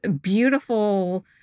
beautiful